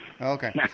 Okay